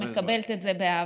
אני מקבלת את זה באהבה.